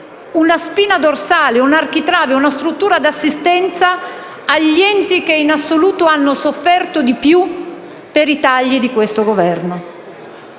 una spina dorsale, un architrave, una struttura di assistenza agli enti che, in assoluto, hanno sofferto di più per i tagli di questo Governo.